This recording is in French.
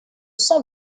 sans